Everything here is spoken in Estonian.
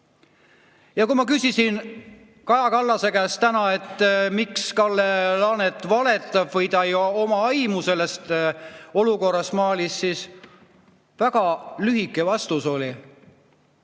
Kui ma küsisin Kaja Kallase käest täna, miks Kalle Laanet valetab või ei oma aimu sellest Mali olukorrast, siis väga lühike vastus oli: